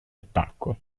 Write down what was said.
attacco